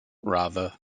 rather